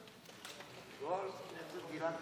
מאוד חשוב להקריא.